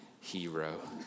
hero